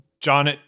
John